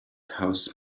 house